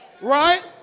Right